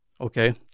okay